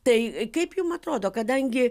tai kaip jum atrodo kadangi